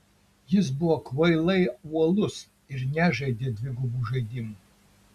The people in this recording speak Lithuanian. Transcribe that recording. jis buvo kvailai uolus ir nežaidė dvigubų žaidimų